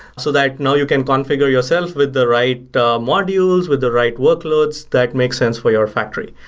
so that now you can configure yourself with the right modules, with the right workloads that make sense for your factory.